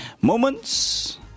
moments